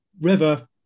river